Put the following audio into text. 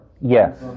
Yes